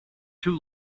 two